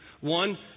One